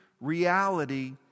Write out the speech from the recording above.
reality